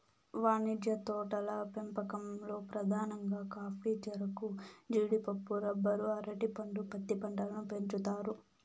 వాణిజ్య తోటల పెంపకంలో పధానంగా కాఫీ, చెరకు, జీడిపప్పు, రబ్బరు, అరటి పండు, పత్తి పంటలను పెంచుతారు